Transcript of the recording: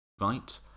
right